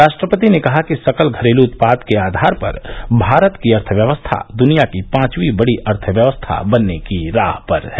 राष्ट्रपति ने कहा कि सकल घरेलू उत्पाद के आधार पर भारत की अर्थव्यवस्था दुनिया की पांचवी बड़ी अर्थव्यवस्था बनने की राह पर है